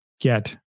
get